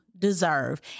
Deserve